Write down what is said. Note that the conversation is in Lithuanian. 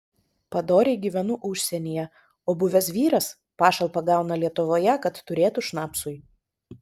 padoriai gyvenu užsienyje o buvęs vyras pašalpą gauna lietuvoje kad turėtų šnapsui